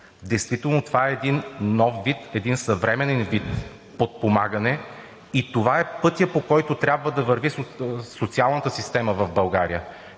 Действително това е един нов вид, един съвременен вид подпомагане и това е пътят, по който трябва да върви социалната система в България